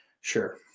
Sure